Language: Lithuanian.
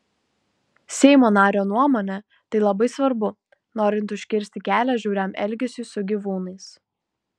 seimo nario nuomone tai labai svarbu norint užkirsti kelią žiauriam elgesiui su gyvūnais